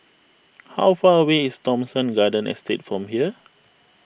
how far away is Thomson Garden Estate from here